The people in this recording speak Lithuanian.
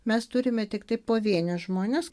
mes turime tiktai pavienius žmones